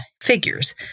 figures